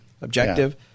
objective –